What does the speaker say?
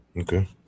okay